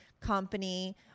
company